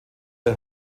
der